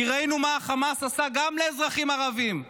כי ראינו מה החמאס עשה גם לאזרחים ערבים: